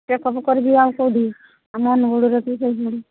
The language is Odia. ଚେକ୍ଅପ୍ କରିବି ଆଉ କେଉଁଠି ଆମ ଅନୁଗୁଳରେ